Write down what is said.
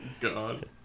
God